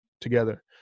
together